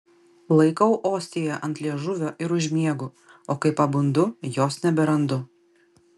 laikau ostiją ant liežuvio ir užmiegu o kai pabundu jos neberandu